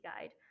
guide